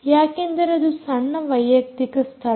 ಯಾಕೆಂದರೆ ಅದು ಸಣ್ಣ ವೈಯಕ್ತಿಕ ಸ್ಥಳ